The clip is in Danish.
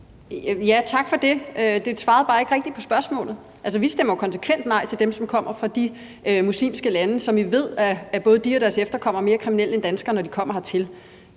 Tak for det. Det var bare ikke rigtig et svar på spørgsmålet. Vi stemmer konsekvent nej til dem, der kommer fra de muslimske lande, for vi ved, at både de og deres efterkommere er mere kriminelle end danskerne, når de kommer hertil.